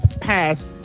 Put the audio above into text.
pass